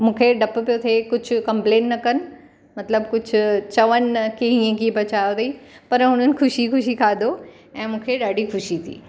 मूंखे ढप पियो थिए कुझु कंप्लेन न कन मतिलबु कुझु चवनि न की हीअं की पचायो अथई पर उन्हनि ख़ुशी ख़ुशी खाधो ऐं मूंखे ॾाढी ख़ुशी थी